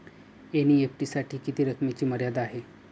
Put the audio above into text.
NEFT साठी किती रकमेची मर्यादा आहे?